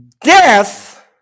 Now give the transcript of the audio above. Death